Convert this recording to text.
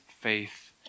faith